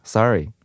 Sorry